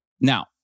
Now